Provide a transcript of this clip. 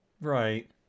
right